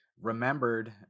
remembered